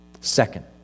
Second